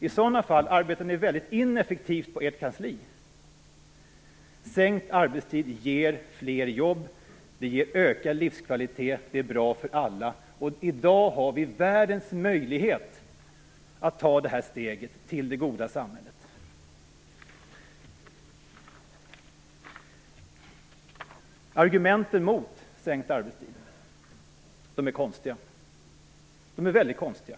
I så fall arbetar ni väldigt ineffektivt på ert kansli. Sänkt arbetstid ger fler jobb. Det ger ökad livskvalitet, och det är bra för alla. I dag har vi världens möjlighet att ta det här steget mot det goda samhället. Argumenten mot sänkt arbetstid är väldigt konstiga.